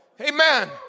Amen